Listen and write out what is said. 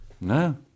no